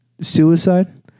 Suicide